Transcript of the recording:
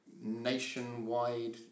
nationwide